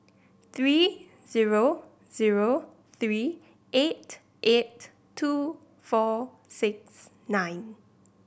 three zero zero three eight eight two four six nine